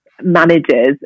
managers